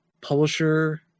publisher